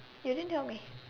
you didn't tell me